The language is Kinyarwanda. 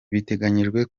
biteganyijwe